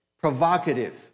provocative